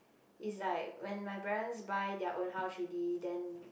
is like when my parents buy their own house she then